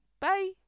Bye